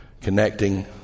connecting